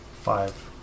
Five